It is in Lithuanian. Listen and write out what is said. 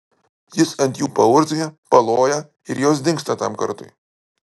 jis ant jų paurzgia paloja ir jos dingsta tam kartui